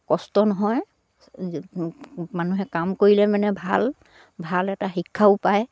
কষ্ট নহয় মানুহে কাম কৰিলে মানে ভাল ভাল এটা শিক্ষাও পায়